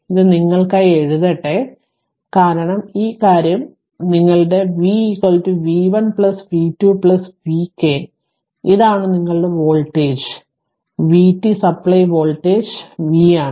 അതിൽ നിന്ന് ഞാൻ നിങ്ങൾക്കായി എഴുതട്ടെ കാരണം ഈ ഒരു കാര്യം നിങ്ങളുടെ v v1 v2 vk ഇതാണ് നിങ്ങളുടെ voltage vt supply voltage V ആണ്